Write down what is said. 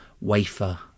wafer